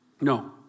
No